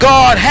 God